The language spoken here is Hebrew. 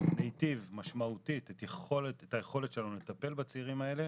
אנחנו ניטיב משמעותית את היכולת שלנו לטפל בצעירים האלה.